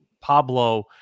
pablo